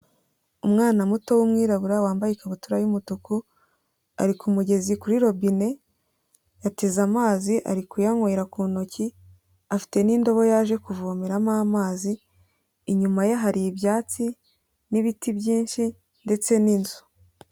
Umwana muto w'umwirabura wambaye ikabutura y'umutuku, ari ku mugezi kuri robine yateze amazi, ari kuyanywera ku ntoki afite n'indobo yaje kuvomeramo amazi, inyuma ye hari ibyatsi n'ibiti byinshi ndetse n'inzu.